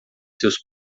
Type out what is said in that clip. seus